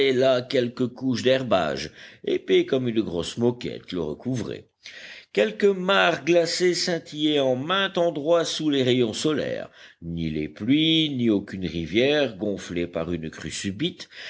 là quelques couches d'herbages épais comme une grosse moquette le recouvraient quelques mares glacées scintillaient en maint endroit sous les rayons solaires ni les pluies ni aucune rivière gonflée par une crue subite